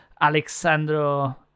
Alexandro